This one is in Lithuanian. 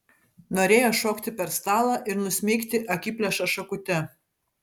norėjo šokti per stalą ir nusmeigti akiplėšą šakute